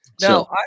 Now